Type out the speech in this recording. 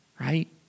right